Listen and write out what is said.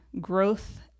growth